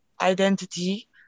identity